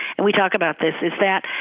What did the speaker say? and we talk about this, is that